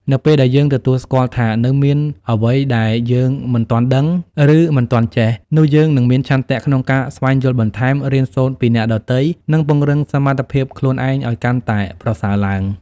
នៅពេលដែលយើងទទួលស្គាល់ថា នៅមានអ្វីដែលយើងមិនទាន់ដឹង ឬមិនទាន់ចេះ នោះយើងនឹងមានឆន្ទៈក្នុងការស្វែងយល់បន្ថែម រៀនសូត្រពីអ្នកដទៃ និងពង្រឹងសមត្ថភាពខ្លួនឯងឲ្យកាន់តែប្រសើរឡើង។